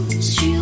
sur